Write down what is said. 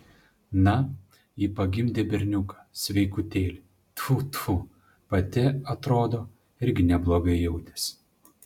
na ji pagimdė berniuką sveikutėlį tfu tfu pati atrodo irgi neblogai jautėsi